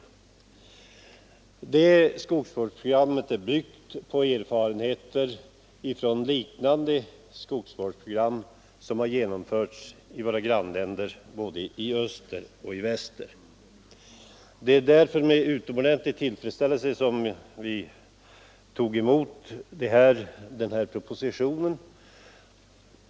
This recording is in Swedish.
Detta skogsvårdsprogram är byggt på erfarenheter från liknande skogsvårdsprogram som genomförts i våra grannländer både i öst och väst. Därför är det med utomordentlig tillfredsställelse som vi tog emot denna proposition.